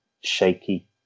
shaky